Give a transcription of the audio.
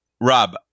Rob